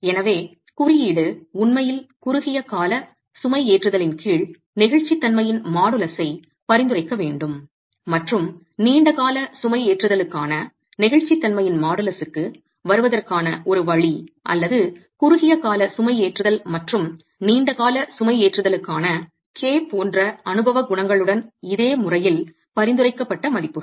எனவே குறியீடு உண்மையில் குறுகிய கால சுமைஏற்றுதலின் கீழ் நெகிழ்ச்சித் தன்மையின் மாடுலஸை பரிந்துரைக்க வேண்டும் மற்றும் நீண்ட கால சுமைஏற்றுதலுக்கான நெகிழ்ச்சித்தன்மையின் மாடுலஸுக்கு வருவதற்கான ஒரு வழி அல்லது குறுகிய கால சுமைஏற்றுதல் மற்றும் நீண்ட கால சுமைஏற்றுதலுக்கான k போன்ற அனுபவ குணகங்களுடன் இதே முறையில் பரிந்துரைக்கப்பட்ட மதிப்புகள்